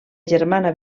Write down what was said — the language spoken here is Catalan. germana